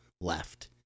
left